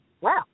Wow